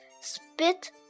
Spit